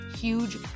huge